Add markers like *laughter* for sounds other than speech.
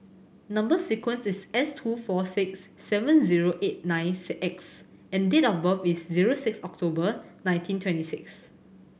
number sequence is S two four six seven zero eight nine *unintelligible* X and date of birth is zero six October nineteen twenty six